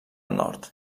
nord